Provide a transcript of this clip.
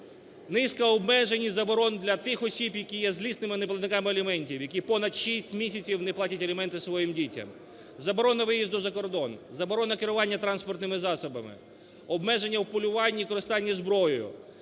низка обмежень і заборон для тих осіб, які є злісними неплатниками аліментів, які понад 6 місяців не платять аліменти своїм дітям, заборона виїзду за кордон, заборона керування транспортними засобами, обмеження у полюванні і користуванні зброєю